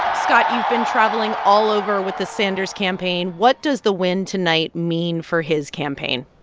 scott, you've been traveling all over with the sanders campaign. what does the win tonight mean for his campaign?